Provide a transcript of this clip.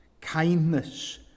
kindness